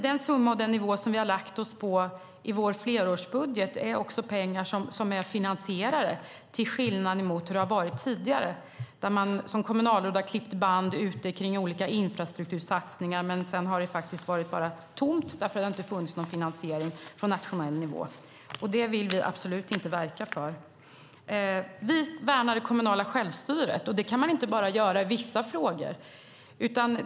Den summa och den nivå som vi har lagt oss på i vår flerårsbudget är pengar som är finansierade, till skillnad mot hur det har varit tidigare. Kommunalråd har klippt band ute kring olika infrastruktursatsningar, men sedan har det bara varit tomt då det inte har funnits någon finansiering på nationell nivå. Det vill vi absolut inte verka för. Vi värnar det kommunala självstyret, och det kan man inte göra bara i vissa frågor.